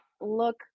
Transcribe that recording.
look